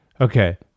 Okay